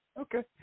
Okay